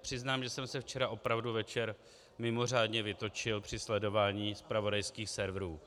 Přiznám, že jsem se včera večer opravdu mimořádně vytočil při sledování zpravodajských serverů,